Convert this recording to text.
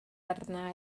arna